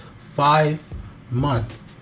five-month